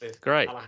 great